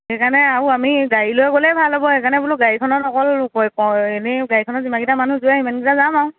সেইকাৰণে আৰু আমি গাড়ী লৈ গ'লেই ভাল হ'ব সেইকাৰণে বোলো গাড়ীখনত অকল এনেই গাড়ীখনত যিমানকেইটা মানুহ জুৰে সিমানকেইটা মানুহ যাম আৰু